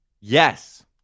Yes